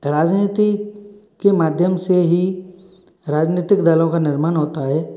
राजनीति के माध्यम से ही राजनीतिक दलों का निर्माण होता है